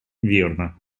верно